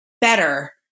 better